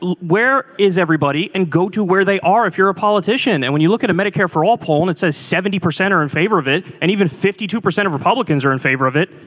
where is everybody. and go to where they are if you're a politician and when you look at a medicare for all poll it says seventy percent are in favor of it and even fifty two percent of republicans are in favor of it.